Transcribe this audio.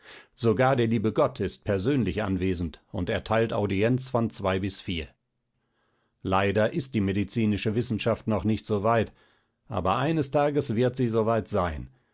sogar der liebe gott ist persönlich anwesend und erteilt audienz von leider ist die medizinische wissenschaft noch nicht so weit aber eines tages wird sie so weit sein